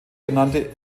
genannte